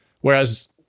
Whereas